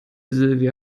silvia